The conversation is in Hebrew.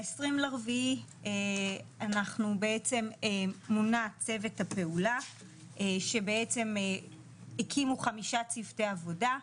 ב-20.4 אנחנו בעצם מונה צוות הפעולה שבעצם הקימו 5 צוותי עבודה,